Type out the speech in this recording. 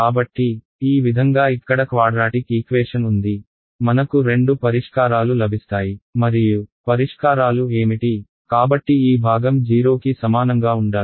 కాబట్టి ఈ విధంగా ఇక్కడ క్వాడ్రాటిక్ ఈక్వేషన్ ఉంది మనకు రెండు పరిష్కారాలు లభిస్తాయి మరియు పరిష్కారాలు ఏమిటి కాబట్టి ఈ భాగం 0 కి సమానంగా ఉండాలి